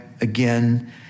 again